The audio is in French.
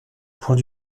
point